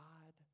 God